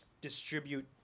distribute